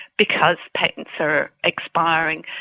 because patents are expiring,